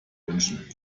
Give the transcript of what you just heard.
wünschen